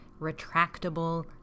retractable